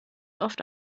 oft